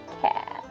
cat